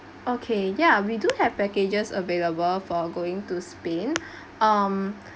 okay ya we do have packages available for going to spain um